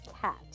cat